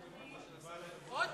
מרוב מהירות הצבעתי במקום של השר, עוד